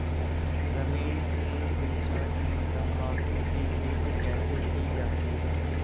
रमेश ने पूछा कि तंबाकू की खेती कैसे की जाती है?